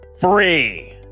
free